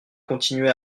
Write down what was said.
continuer